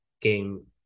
game